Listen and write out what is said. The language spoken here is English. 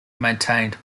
maintained